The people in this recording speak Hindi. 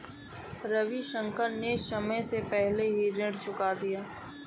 रविशंकर ने समय से पहले ही ऋण चुका दिया